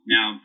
Now